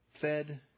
fed